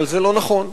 אבל זה לא נכון,